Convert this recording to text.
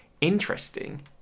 interesting